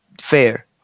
Fair